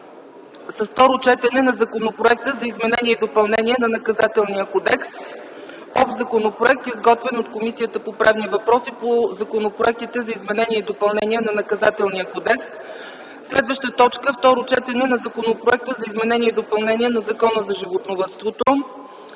11. Второ четене на Законопроекта за изменение и допълнение на Наказателния кодекс. Общ законопроект, изготвен от Комисията по правни въпроси по законопроектите за изменение и допълнение на Наказателния кодекс. 12. Второ четене на Законопроекта за изменение и допълнение на Закона за животновъдството.